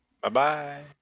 Bye-bye